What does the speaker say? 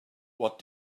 what